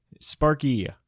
Sparky